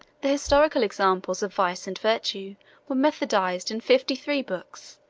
the historical examples of vice and virtue were methodized in fifty-three books,